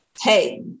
hey